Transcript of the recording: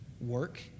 work